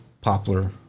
Poplar